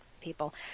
people